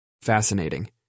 Fascinating